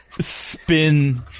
spin